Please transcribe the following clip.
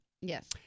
Yes